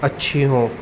اچھی ہوں